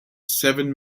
seven